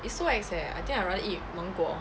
it's so ex eh I think I rather eat 芒果